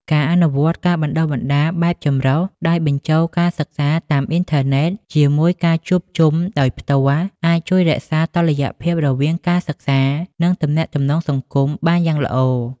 ការអនុវត្ត ការបណ្តុះបណ្តាលបែបចម្រុះ ដោយបញ្ចូលការសិក្សាតាមអ៊ីនធឺណិតជាមួយការជួបជុំដោយផ្ទាល់ អាចជួយរក្សាតុល្យភាពរវាងការសិក្សា និងទំនាក់ទំនងសង្គមបានយ៉ាងល្អ។